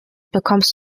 bekommst